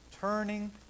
turning